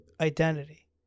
identity